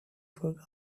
forgotten